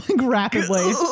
rapidly